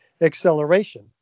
acceleration